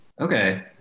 Okay